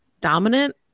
dominant